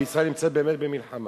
וישראל נמצאת באמת במלחמה.